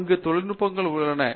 அங்கு தொழில்நுட்பங்கள் உள்ளன